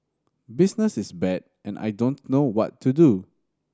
business is bad and I don't know what to do